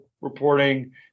reporting